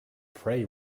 pray